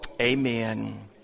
Amen